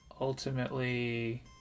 ultimately